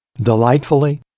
delightfully